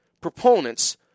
proponents